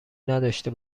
نداشته